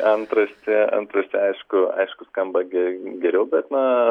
antraštė antraštė aišku aišku skamba ge geriau bet na